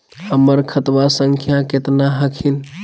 हमर खतवा संख्या केतना हखिन?